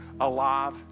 Alive